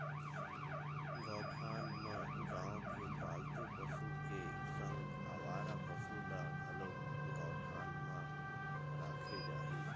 गौठान म गाँव के पालतू पशु के संग अवारा पसु ल घलोक गौठान म राखे जाही